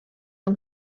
amb